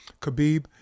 Khabib